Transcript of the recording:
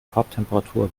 farbtemperatur